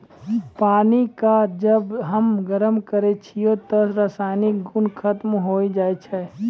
पानी क जब हम गरम करै छियै त रासायनिक गुन खत्म होय जाय छै